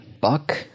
buck